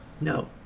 no